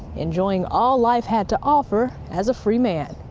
enjoying all life had to offer as a free man.